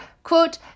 quote